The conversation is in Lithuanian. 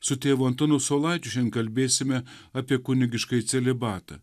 su tėvu antanu saulaičiu šiandien kalbėsime apie kunigiškąjį celibatą